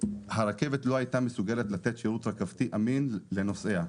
הרכבת לא הייתה מסוגלת לתת שירות אמין לנוסעיה.